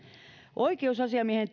oikeusasiamiehen